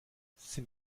sind